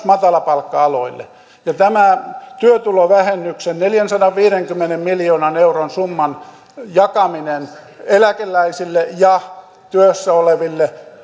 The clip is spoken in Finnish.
matalapalkka aloille ja tämä työtulovähennyksen neljänsadanviidenkymmenen miljoonan euron summan jakaminen eläkeläisille ja työssä oleville